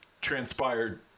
transpired